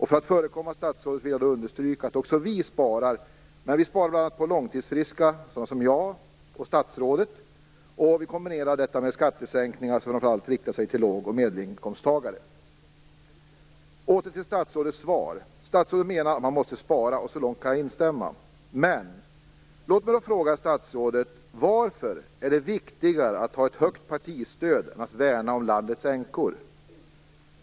För att förekomma statsrådet vill jag understryka att också vi sparar, men vi sparar på långtidsfriska, alltså på sådana som jag och statsrådet, och kombinerar detta med skattesänkningar som framför allt riktas till låg och medelinkomsttagare. Jag återgår nu till statsrådets svar. Statsrådet menar att man måste spara. Så långt kan jag instämma. Men varför, statsrådet, är det viktigare att ha ett högt partistöd än att värna om landets änkor?